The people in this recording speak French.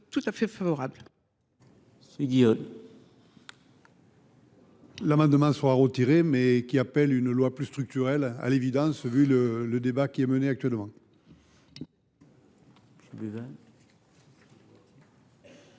tout à fait favorable